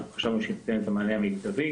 אנחנו חשבנו שהיא תיתן את המענה המיטבי,